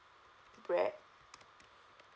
brad